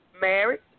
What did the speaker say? married